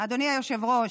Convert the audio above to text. אדוני היושב-ראש,